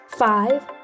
five